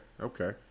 okay